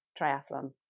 triathlon